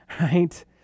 right